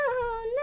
no